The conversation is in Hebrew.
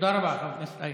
תודה רבה, חבר הכנסת אייכלר.